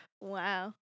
Wow